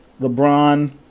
LeBron